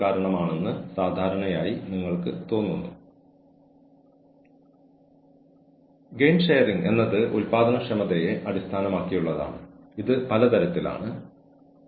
കൂടാതെ ബന്ധപ്പെട്ട വ്യക്തിയെ ഒന്നിലധികം റൌണ്ട് ഇന്റർവ്യൂകളിലൂടെ വൈവിധ്യമാർന്ന വ്യക്തികളുമായുള്ള അഭിമുഖം നടത്തുക